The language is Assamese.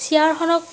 চেয়াৰখনক